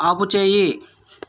ఆపుచేయి